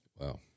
Wow